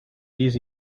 easy